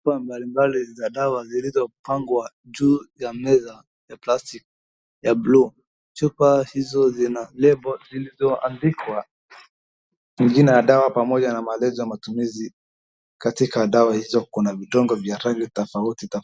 Chupa za dawa mbalimbali zilizopangwa juu ya meza ya plastic ya blue .Chupa hizo zina label zilizoandikwa jina ya dawa pamoja na maelezo ya matumizi. katika dawa hizo kuna vidonge vya rangi tofauti tofauti.